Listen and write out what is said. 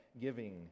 giving